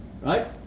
Right